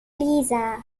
lisa